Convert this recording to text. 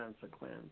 consequence